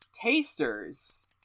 Tasters